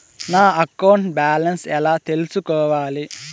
నా account balance ఎలా తెల్సుకోవాలి